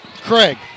Craig